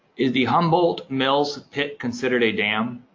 is the humboldt mill's pit considered a dam?